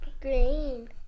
Green